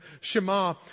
Shema